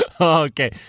Okay